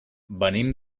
venim